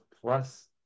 plus